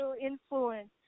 influence